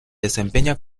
desempeña